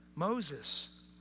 Moses